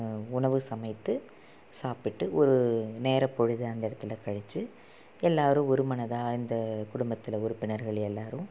உணவு சமைத்து சாப்பிட்டு ஒரு நேரம் பொழுது அந்த இடத்துல கழித்து எல்லாேரும் ஒரு மனதாக இந்த குடும்பத்தில் உறுப்பினர்கள் எல்லாேரும்